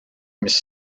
mis